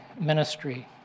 ministry